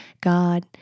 God